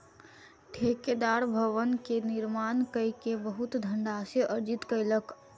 ठेकेदार भवन के निर्माण कय के बहुत धनराशि अर्जित कयलक